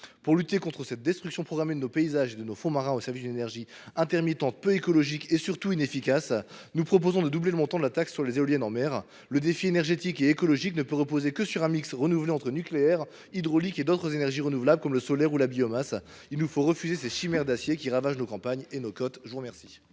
Pour lutter contre cette destruction programmée de nos paysages et de nos fonds marins au service d’une énergie intermittente, peu écologique et surtout inefficace, nous proposons de doubler le montant de la taxe sur les éoliennes en mer. Le défi énergétique et écologique ne peut reposer que sur un mix renouvelé associant nucléaire, hydraulique et d’autres énergies renouvelables comme le solaire ou la biomasse. Il nous faut refuser ces chimères d’acier qui ravagent nos campagnes et nos côtes ! Quel